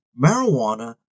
marijuana